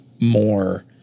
more